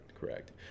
correct